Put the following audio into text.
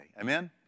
Amen